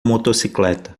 motocicleta